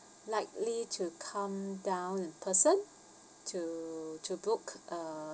likely to come down in person to to book uh